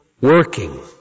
working